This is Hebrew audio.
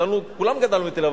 כולנו גדלנו בתל-אביב,